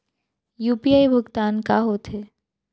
UPI भुगतान का होथे?